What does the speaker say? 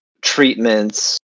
treatments